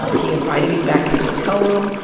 he invited me back to his hotel room,